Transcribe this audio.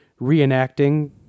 reenacting